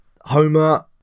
Homer